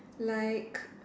like